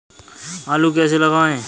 आलू कैसे लगाएँ?